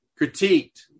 critiqued